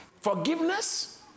Forgiveness